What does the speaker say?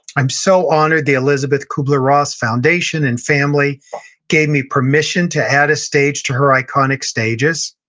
i'm so honored the elisabeth kubler-ross foundation and family gave me permission to add a stage to her iconic stages.